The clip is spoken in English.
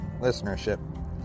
listenership